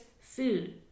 food